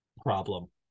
problem